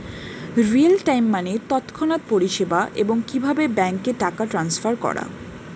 real time মানে তৎক্ষণাৎ পরিষেবা, এবং কিভাবে ব্যাংকে টাকা ট্রান্সফার করা